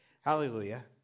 Hallelujah